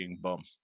bum